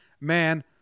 man